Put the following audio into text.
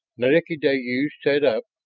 nalik'ideyu sat up,